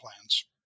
plans